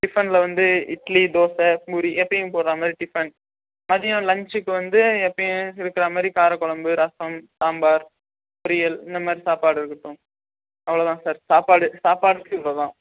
டிஃபனில் வந்து இட்லி தோசை பூரி எப்போயும் போடுற மாதிரி டிஃபன் மதியம் லன்ச்சுக்கு வந்து எப்போயும் இருக்குகிற மாதிரி கார குழம்பு ரசம் சாம்பார் பொரியல் இந்த மாதிரி சாப்பாடு இருக்கட்டும் அவ்வளோ தான் சார் சாப்பாடு சாப்பாட்டுக்கு இவ்வளோ தான்